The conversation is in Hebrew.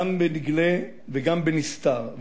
גם בנגלה וגם בנסתר,